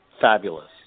fabulous